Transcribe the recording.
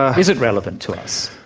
ah is it relevant to us?